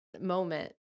moment